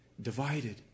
Divided